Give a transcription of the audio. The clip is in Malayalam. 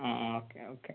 ആ ആ ഓക്കെ ഓക്കെ